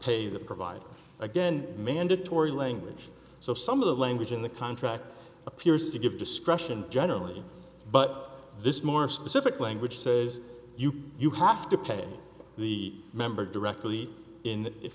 pay the provider again mandatory language so some of the language in the contract appears to give discretion generally but this more specific language says you have to pay the member directly in if